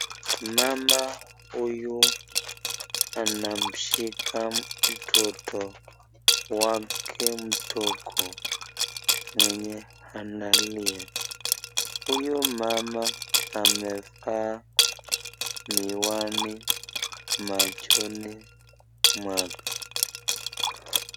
Mama huyu anamashika mtoto wake mdogo mwenye analia. Huyu mama amevaa miwani machoni mwake.